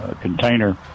container